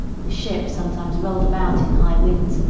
the ship sometimes rolled about in high winds,